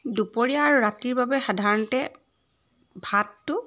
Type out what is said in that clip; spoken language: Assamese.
দুপৰীয়া আৰু ৰাতিৰ বাবে সাধাৰণতে ভাতটো